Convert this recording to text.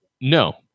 No